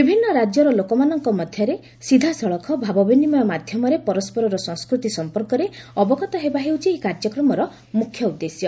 ବିଭିନ୍ନ ରାଜ୍ୟର ଲୋକମାନଙ୍କ ମଧ୍ୟରେ ସିଧାସଳଖ ଭାବବିନିମୟ ମାଧ୍ୟମରେ ପରସ୍କରର ସଂସ୍କୃତି ସଂପର୍କରେ ଅବଗତ ହେବା ହେଉଛି ଏହି କାର୍ଯ୍ୟକ୍ରମର ମୁଖ୍ୟ ଉଦ୍ଦେଶ୍ୟ